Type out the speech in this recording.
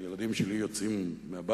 אני יודע שכשהילדים שלי יוצאים מהבית